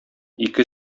ике